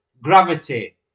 gravity